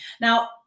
Now